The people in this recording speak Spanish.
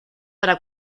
para